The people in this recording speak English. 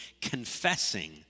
confessing